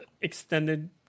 extended